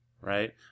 right